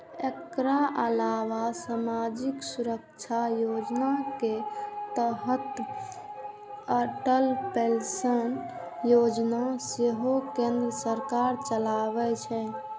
एकर अलावा सामाजिक सुरक्षा योजना के तहत अटल पेंशन योजना सेहो केंद्र सरकार चलाबै छै